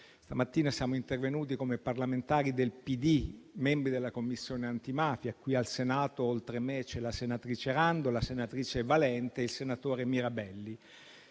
Stamattina siamo intervenuti come parlamentari del PD, membri della Commissione antimafia; qui al Senato, oltre a me, c'erano la senatrice Rando, la senatrice Valente e il senatore Mirabelli.